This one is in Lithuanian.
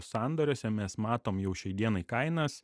sandoriuose mes matom jau šiai dienai kainas